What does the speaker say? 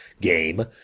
game